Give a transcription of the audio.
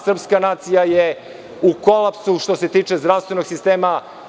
Srpska nacija je u kolapsu što se tiče zdravstvenog sistema.